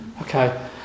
Okay